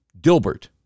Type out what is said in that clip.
Dilbert